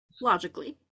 Logically